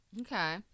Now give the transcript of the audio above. Okay